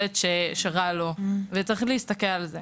ילד שרע לו וזה דבר שצריך לשים לב אליו.